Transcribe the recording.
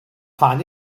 find